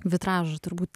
vitražų turbūt